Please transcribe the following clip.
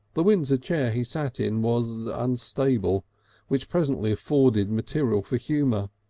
the windsor chair he sat in was unstable which presently afforded material for humour.